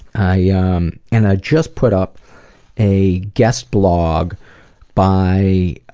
i yeah um and ah just put up a guest blog by